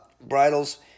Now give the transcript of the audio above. bridles